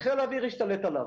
וחיל האוויר השתלט עליו.